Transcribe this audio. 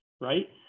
right